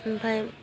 ओमफाय